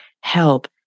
help